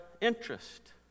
interest